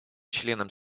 членом